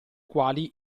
quali